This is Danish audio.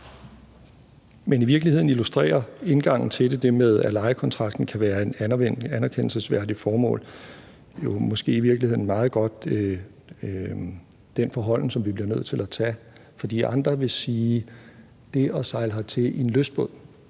Men i virkeligheden illustrerer indgangen til det med, at lejekontrakten kan være et anerkendelsesværdigt formål, jo måske meget godt den måde, som vi bliver nødt til at forholde os på. For andre vil sige, at det at sejle hertil i en lystbåd